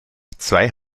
zwei